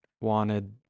wanted